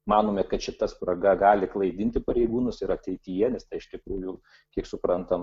manome kad šita spraga gali klaidinti pareigūnus ir ateityje nes tai iš tikrųjų kiek suprantam